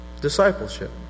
Discipleship